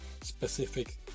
specific